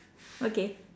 okay